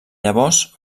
llavors